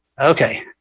Okay